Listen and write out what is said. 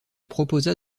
proposa